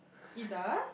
he does